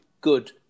good